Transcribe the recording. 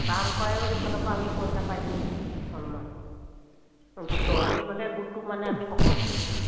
কাম কৰায়ো সেইফালৰ পৰা আমি পইচা পাইছিলো অলপমান গোটৰ সেইভাগে গোটটো মানে আমি শকত কৰিলোঁ